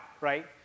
right